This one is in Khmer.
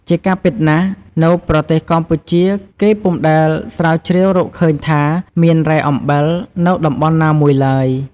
ជាការពិតណាស់ នៅប្រទេសកម្ពុជាគេពុំដែលស្រាវជ្រាវរកឃើញថាមានរ៉ែអំបិល នៅតំបន់ណាមួយឡើយ។